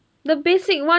the basic one